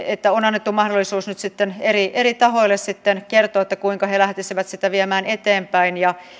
että on annettu mahdollisuus eri eri tahoille kertoa kuinka he lähtisivät sitä viemään eteenpäin ja